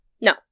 No